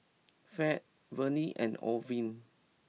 Fed Vonnie and Orvin